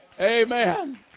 Amen